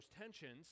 tensions